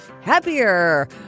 happier